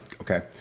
okay